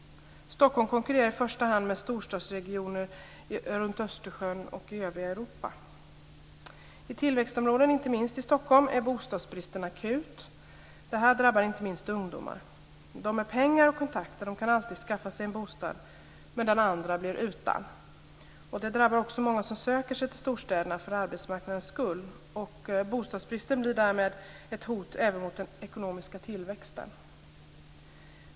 Stockholm konkurrerar i första hand med storstadsregioner runt Östersjön och i övriga Europa. I tillväxtområden, inte minst i Stockholm, är bostadsbristen akut. Detta drabbar inte minst ungdomar. De med pengar och kontakter kan alltid skaffa sig en bostad, men de andra blir utan. Det drabbar också många som söker sig till storstäderna för arbetsmarknadens skull. Bostadsbristen blir därmed ett hot även mot den ekonomiska tillväxten.